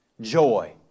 joy